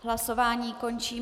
Hlasování končím.